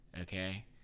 Okay